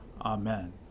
Amen